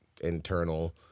internal